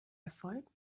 erfolg